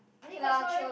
I think quite chio leh